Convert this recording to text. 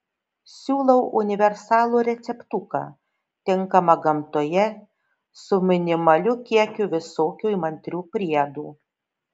siūlau universalų receptuką tinkamą gamtoje su minimaliu kiekiu visokių įmantrių priedų